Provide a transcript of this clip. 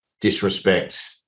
disrespect